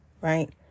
right